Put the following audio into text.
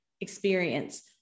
experience